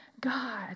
God